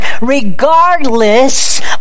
regardless